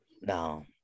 no